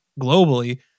globally